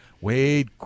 Wade